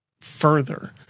further